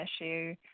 issue